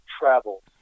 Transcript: travel